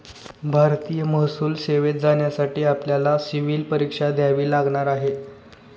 भारतीय महसूल सेवेत जाण्यासाठी आपल्याला सिव्हील परीक्षा द्यावी लागणार आहे